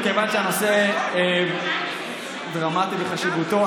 מכיוון שהנושא דרמטי בחשיבותו,